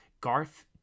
Garth